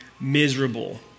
miserable